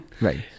right